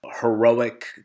heroic